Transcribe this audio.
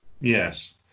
Yes